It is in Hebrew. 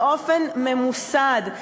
באופן ממוסד.